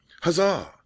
Huzzah